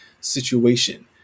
situation